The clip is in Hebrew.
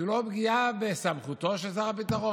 זה לא פגיעה בסמכותו של שר הביטחון?